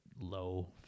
low